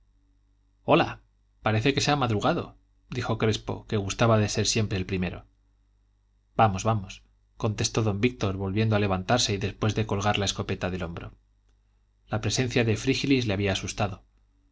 hola parece que se ha madrugado dijo crespo que gustaba de ser siempre el primero vamos vamos contestó don víctor volviendo a levantarse y después de colgar la escopeta del hombro la presencia de frígilis le había asustado